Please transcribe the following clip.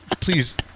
Please